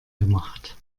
gemacht